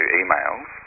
emails